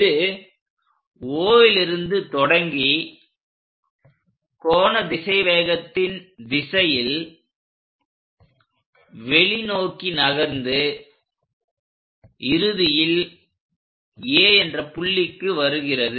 இது Oலிருந்து தொடங்கி கோண திசைவேகத்தின் திசையில் வெளி நோக்கி நகர்ந்து இறுதியில் A என்ற புள்ளிக்கு வருகிறது